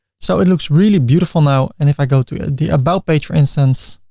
so it looks really beautiful now. and if i go to it the about page for instance,